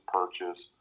purchase